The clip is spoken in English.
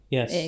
Yes